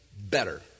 better